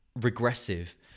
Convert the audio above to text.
regressive